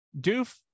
Doof